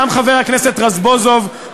גם חבר הכנסת רזבוזוב,